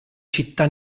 città